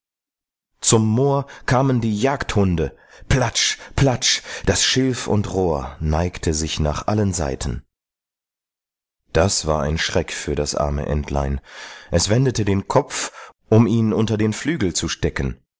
zum moor kamen die jagdhunde platsch platsch das schilf und rohr neigte sich nach allen seiten das war ein schreck für das arme entlein es wendete den kopf um ihn unter den flügel zu stecken